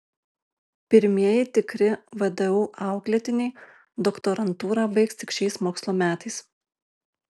pirmieji tikri vdu auklėtiniai doktorantūrą baigs tik šiais mokslo metais